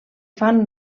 fan